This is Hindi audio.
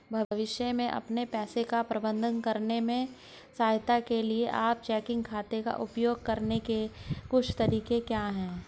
भविष्य में अपने पैसे का प्रबंधन करने में सहायता के लिए आप चेकिंग खाते का उपयोग करने के कुछ तरीके क्या हैं?